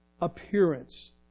appearance